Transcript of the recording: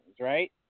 right